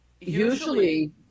usually